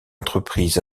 entreprises